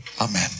Amen